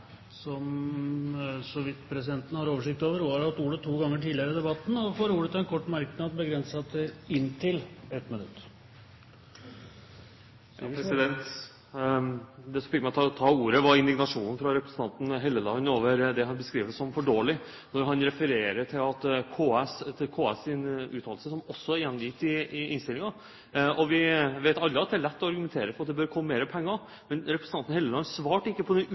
har hatt ordet to ganger tidligere i debatten og får ordet til en kort merknad, begrenset til 1 minutt. Det som fikk meg til å ta ordet, var indignasjonen fra representanten Helleland over det han beskriver som «for dårlig» når han refererer til KS’ uttalelser, som også er gjengitt i innstillingen. Vi vet alle at det er lett å argumentere for at det bør komme mer penger, men representanten Helleland svarte ikke på